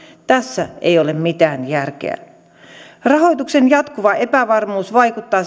tässä ei ole mitään järkeä rahoituksen jatkuva epävarmuus vaikuttaa